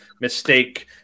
mistake